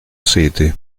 city